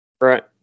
Right